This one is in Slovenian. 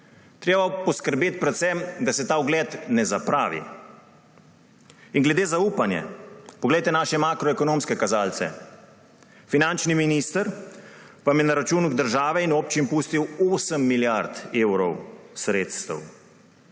Treba bo poskrbeti predvsem, da se ta ugled ne zapravi. In glede zaupanja, poglejte naše makroekonomske kazalce. Finančni minister vam je na računu države in občin pustil 8 milijard evrov sredstev.